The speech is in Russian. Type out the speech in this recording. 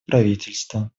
правительства